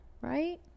Right